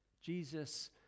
Jesus